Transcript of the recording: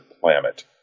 planet